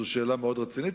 וזו שאלה מאוד רצינית.